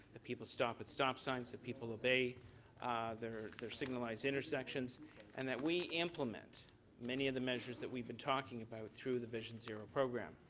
that people stop at stop signs, beam people obey their their signallized intersections and that we implement many of the measures that we've been talking about through the vision zero program.